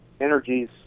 energies